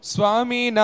Swami